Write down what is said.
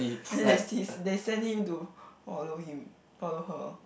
then they see they send him to follow him follow her